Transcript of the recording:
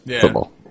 football